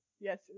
yes